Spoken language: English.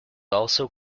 also